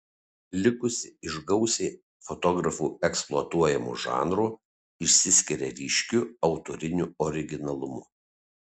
likusios iš gausiai fotografų eksploatuojamo žanro išsiskiria ryškiu autoriniu originalumu